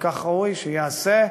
וכך ראוי שייעשה.